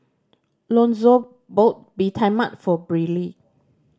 Lonzo bought Bee Tai Mak for Brylee